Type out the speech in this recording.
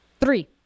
Three